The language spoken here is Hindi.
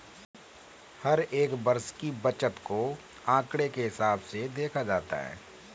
हर एक वर्ष की बचत को आंकडों के हिसाब से देखा जाता है